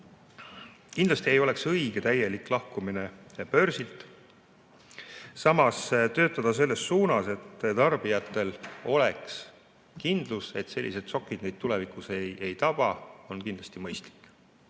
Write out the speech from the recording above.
kindlasti ei oleks õige täielik lahkumine börsilt, samas [tuleks] töötada selles suunas, et tarbijatel oleks kindlus, et sellised šokid neid tulevikus ei taba. See on kindlasti mõistlik.